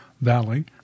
valley